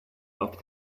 auf